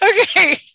Okay